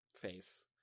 face